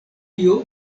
tio